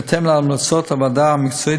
בהתאם להמלצות הוועדה המקצועית,